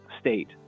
state